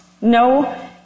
no